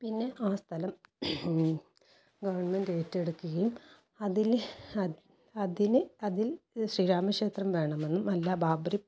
പിന്നെ ആ സ്ഥലം ഗവൺമെൻ്റ് ഏറ്റെടുക്കുകയും അതില് അതി അതിന് അതിൽ ശ്രീരാമ ക്ഷേത്രം വേണമെന്നും അല്ല ബാബരി